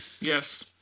Yes